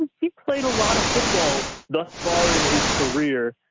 and he played a lot of football thus far in his career.